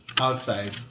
outside